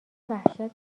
وحشت